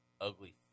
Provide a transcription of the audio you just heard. ugly